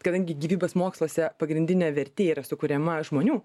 kadangi gyvybės moksluose pagrindinė vertė yra sukuriama žmonių